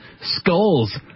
Skulls